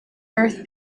earth